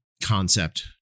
concept